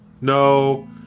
no